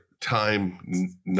time